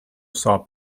saw